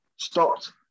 stopped